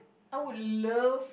I would love